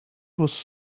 was